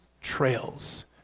trails